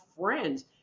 friends